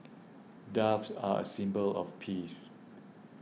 doves are a symbol of peace